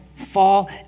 fall